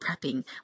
prepping